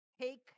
take